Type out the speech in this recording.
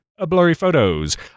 blurryphotos